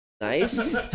nice